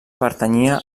pertanyia